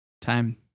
Time